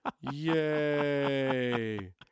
Yay